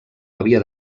havia